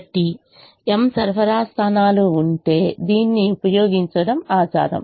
కాబట్టి m సరఫరా స్థానాలు ఉంటే m సరఫరా స్థానాలు ఉంటే దీన్ని ఉపయోగించడం ఆచారం